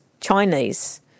Chinese